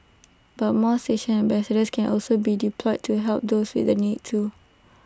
but more station ambassadors can also be deployed to help those with the need too